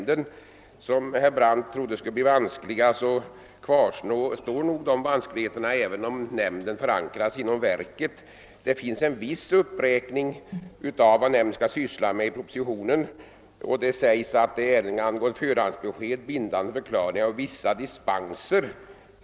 Dessa vanskligheter kvarstår nog även om nämnden förankras inom verket. I propositionen finns det en uppräkning av vad nämnden skall syssla med, nämligen ärenden angående förhandsbesked, bindande förklaringar och vissa dispenser.